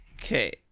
Okay